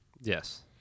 Yes